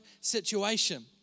situation